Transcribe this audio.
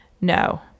No